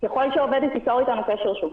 ככל שהעובדת תיצור אתנו קשר שוב,